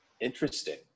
interesting